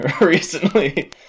recently